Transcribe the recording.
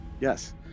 Yes